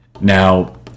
Now